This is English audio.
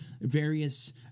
various